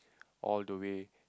all the way